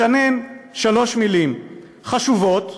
לשנן שלוש מילים חשובות,